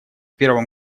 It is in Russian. первом